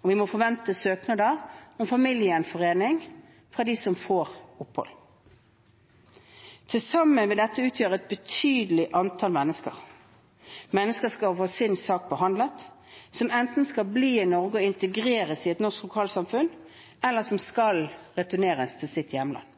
og vi må forvente søknader om familiegjenforening fra dem som får opphold. Til sammen vil dette utgjøre et betydelig antall mennesker, mennesker som skal få sin sak behandlet, som enten skal bli i Norge og integreres i et norsk lokalsamfunn, eller som skal returneres til sitt hjemland.